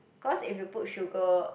cause if you put sugar